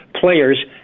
players